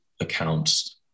accounts